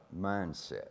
mindset